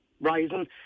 rising